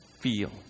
feel